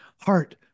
heart